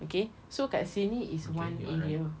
okay so kat sini is one area